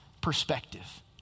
perspective